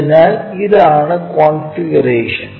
അതിനാൽ ഇതാണ് കോൺഫിഗറേഷൻ